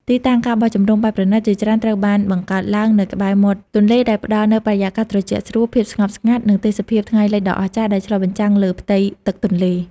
ទីតាំង ការបោះជំរំបែបប្រណីត ជាច្រើនត្រូវបានបង្កើតឡើងនៅក្បែរមាត់ទន្លេ ដែលផ្តល់នូវបរិយាកាសត្រជាក់ស្រួល ភាពស្ងប់ស្ងាត់ និងទេសភាពថ្ងៃលិចដ៏អស្ចារ្យ ដែលឆ្លុះបញ្ចាំងលើផ្ទៃទឹកទន្លេ។